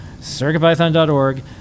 circuitpython.org